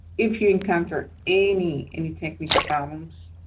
if you encounter any any technical problems